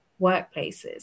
workplaces